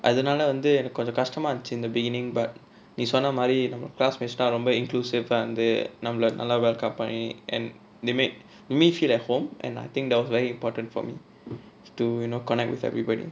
அதுனால வந்து எனக்கு கொஞ்ச கஷ்டமா இருந்துச்சு:athunaala vanthu enakku konja kashtama irunthuchu in the begining but நீ சொன்னமாரி நம்ம:nee sonnamaari namma class wish எல்லா ரொம்ப:ellaa romba inclusive வந்து நம்மல நல்ல:vanthu nammala nalla welcome பண்ணி:panni and they made me feel at home and I think that was very important for me to you know connect with everybody